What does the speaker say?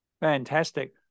Fantastic